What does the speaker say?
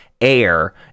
air